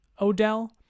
Odell